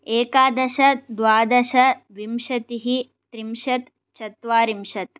एकादश द्वादश विंशतिः त्रिंशत् चत्वारिंशत्